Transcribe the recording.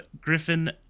Griffin